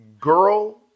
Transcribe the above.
girl